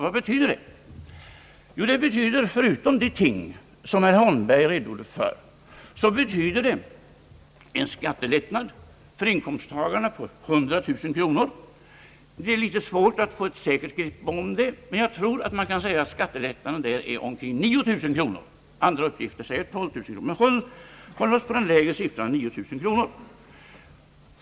Vad betyder förslaget? Det betyder förutom de ting som herr Holmberg redogjorde för en skattelättnad för personer med 100000 kronors inkomst med omkring 9000 kronor — enligt andra uppgifter 12 000 kronor. Det är svårt att få ett säkert grepp om storleken. Låt oss hålla oss till den lägre siffran, 9000 kronor!